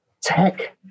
tech